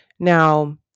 Now